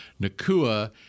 Nakua